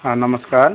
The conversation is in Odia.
ହଁ ନମସ୍କାର